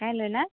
কাইলৈ ন'